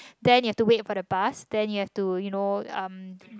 then you have to wait for the bus then you have you know um